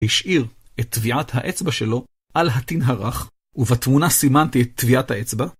השאיר את טביעת האצבע שלו על הטין הרך, ובתמונה סימנתי את טביעת האצבע.